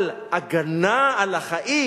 אבל הגנה על החיים,